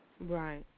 Right